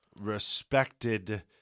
respected